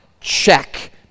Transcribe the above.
check